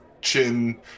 chin